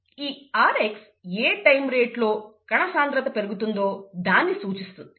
ఈ rx ఏ time rate లో కణసాంద్రత పెరుగుతుందో దాన్ని సూచిస్తుంది